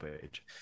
page